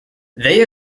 they